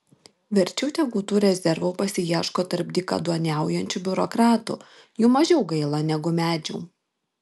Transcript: verčiau tegu tų rezervų pasiieško tarp dykaduoniaujančių biurokratų jų mažiau gaila negu medžių